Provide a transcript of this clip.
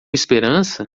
esperança